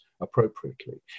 appropriately